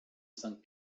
cinq